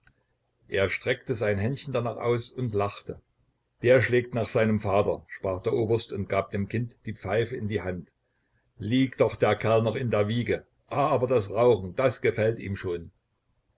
er streckte seine händchen danach aus und lachte der schlägt nach seinem vater sprach der oberst und gab dem kind die pfeife in die hand liegt doch der kerl noch in der wiege aber das rauchen das gefällt ihm schon